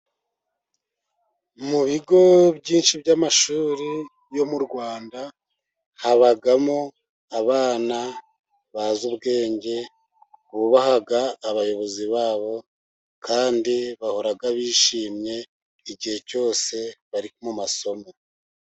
Mu bigo byinshi by'amashuri yo mu Rwanda, habamo abana bazi ubwenge bubaha abayobozi babo, kandi bahora bishimye igihe cyose bari mu masomo.